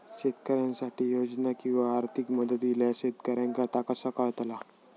शेतकऱ्यांसाठी योजना किंवा आर्थिक मदत इल्यास शेतकऱ्यांका ता कसा कळतला?